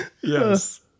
Yes